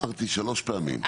אמרתי שלוש פעמים.